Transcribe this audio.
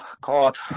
God